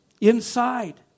inside